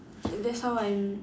that's how I'm